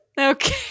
Okay